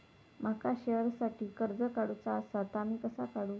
माका शेअरसाठी कर्ज काढूचा असा ता मी कसा काढू?